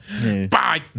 Bye